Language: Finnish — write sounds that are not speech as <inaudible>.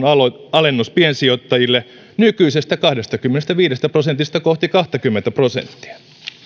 <unintelligible> alennus alennus piensijoittajille nykyisestä kahdestakymmenestäviidestä prosentista kohti kahtakymmentä prosenttia